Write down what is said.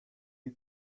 you